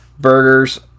Burgers